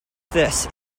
this